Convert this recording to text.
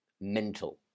mental